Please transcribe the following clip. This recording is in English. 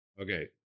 okay